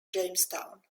jamestown